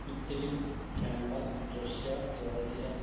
Italy Canada Russia Georgia